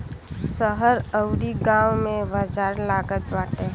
शहर अउरी गांव में बाजार लागत बाटे